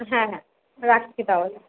হ্যাঁ হ্যাঁ রাখছি তাহলে